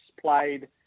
played